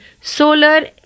solar